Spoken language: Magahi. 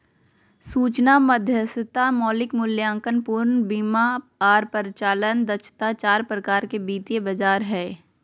सूचना मध्यस्थता, मौलिक मूल्यांकन, पूर्ण बीमा आर परिचालन दक्षता चार प्रकार के वित्तीय बाजार हय